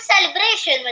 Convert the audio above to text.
celebration